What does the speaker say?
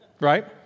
Right